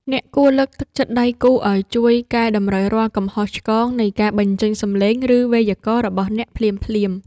អ្នកគួរលើកទឹកចិត្តដៃគូឱ្យជួយកែតម្រូវរាល់កំហុសឆ្គងនៃការបញ្ចេញសម្លេង ឬវេយ្យាករណ៍របស់អ្នកភ្លាមៗ។